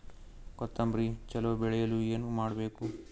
ಕೊತೊಂಬ್ರಿ ಚಲೋ ಬೆಳೆಯಲು ಏನ್ ಮಾಡ್ಬೇಕು?